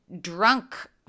Drunk